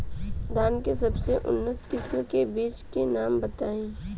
धान के सबसे उन्नत किस्म के बिज के नाम बताई?